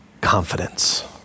confidence